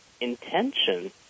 intention